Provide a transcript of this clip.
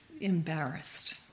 embarrassed